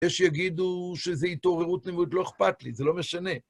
יש שיגידו שזה התעוררות נמות, לא אכפת לי, זה לא משנה.